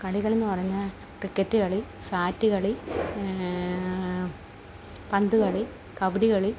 കളികളെന്നു പറഞ്ഞാൽ ക്രിക്കറ്റ് കളി സാറ്റ് കളി പന്തുകളി കബഡികളി